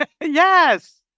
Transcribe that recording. Yes